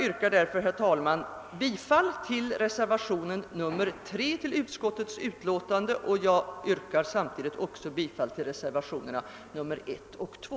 Med denna motivering ber jag att få yrka bifall till reservationen 3 vid utskottets utlåtande samt även till reservationerna 1 och 2.